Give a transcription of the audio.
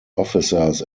officers